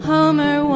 Homer